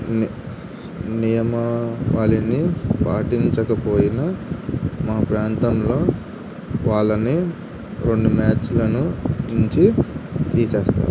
ని నియమ వాటిని పాటించకపోయిన మా ప్రాంతంలో వాళ్ళని రెండు మ్యాచ్లను నుంచి తీసేస్తారు